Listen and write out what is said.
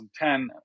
2010